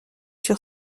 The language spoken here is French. sur